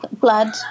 blood